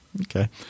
Okay